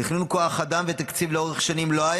תכנון כוח אדם ותקציב לאורך שנים לא היה